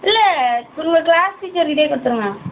இல்லை உங்கள் class teacher கிட்டயே கொடுத்துடுங்க